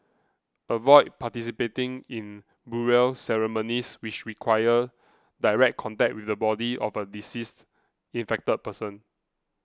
avoid participating in burial ceremonies which require direct contact with the body of a deceased infected person